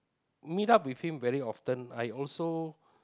meet up with him very often I also